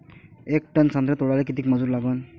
येक टन संत्रे तोडाले किती मजूर लागन?